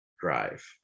drive